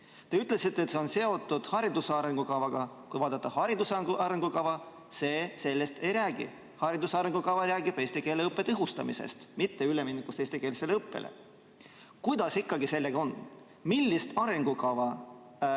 Te ütlesite, et see on seotud hariduse arengukavaga, aga kui vaadata hariduse arengukava, siis see sellest ei räägi. Hariduse arengukava räägib eesti keele õppe tõhustamisest, mitte üleminekust eestikeelsele õppele. Kuidas sellega ikkagi on? Millist arengukava